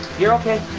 you're okay.